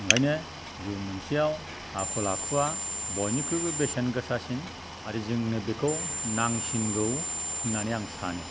ओंखायनो जिउ मोनसेआव आखल आखुआ बयनिख्रुइबो बेसेन गोसासिन आरो जोंनो बेखौ नांसिनगौ होन्नानै आं सानो